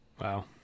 wow